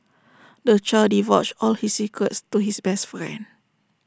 the child divulged all his secrets to his best friend